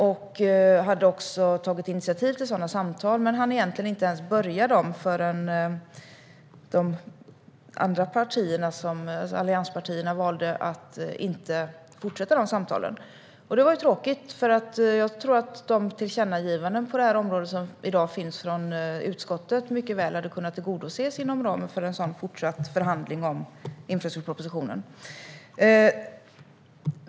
Vi hade också tagit initiativ till sådana samtal men hann egentligen inte ens börja dem förrän allianspartierna valde att inte fortsätta de samtalen. Det var tråkigt. Jag tror att de tillkännagivanden på detta område som i dag finns från utskottet mycket väl hade kunna tillgodoses inom ramen för en sådan fortsatt förhandling om infrastrukturpropositionen.